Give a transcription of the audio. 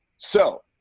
so,